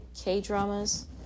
K-dramas